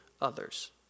others